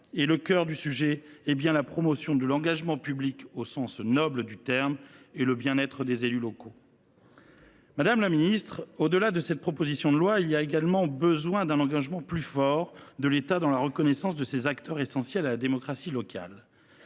Le cœur du sujet est bien la promotion de l’engagement public au sens noble du terme et le bien être des élus locaux. Madame la ministre, au delà de cette proposition de loi, il y a également besoin d’un engagement plus fort de l’État dans la reconnaissance de ces acteurs essentiels à la démocratie locale.